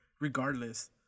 regardless